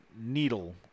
needle